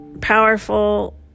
powerful